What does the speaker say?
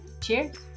Cheers